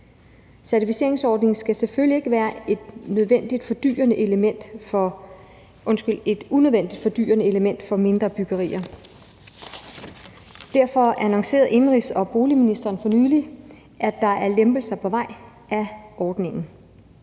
Certificeringsordningen skal selvfølgelig ikke være et unødvendigt fordyrende element for mindre byggerier. Derfor annoncerede indenrigs- og boligministeren for nylig, at der er lempelser af ordningen